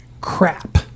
crap